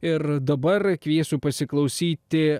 ir dabar kviesiu pasiklausyti